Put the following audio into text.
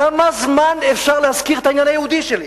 כמה זמן אפשר להזכיר את העניין היהודי שלי?